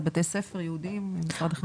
זה בתי ספר ייעודיים ממשרד החינוך.